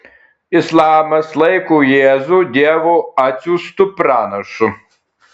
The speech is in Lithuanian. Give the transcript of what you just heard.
islamas laiko jėzų dievo atsiųstu pranašu